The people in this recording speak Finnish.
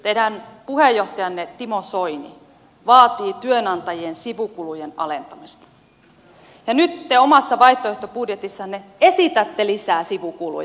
teidän puheenjohtajanne timo soini vaatii työnantajien sivukulujen alentamista ja nyt te omassa vaihtoehtobudjetissanne esitätte lisää sivukuluja